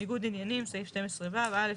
ניגוד עניינים, סעיף 12(ו)(א).